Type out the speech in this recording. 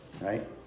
right